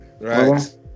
Right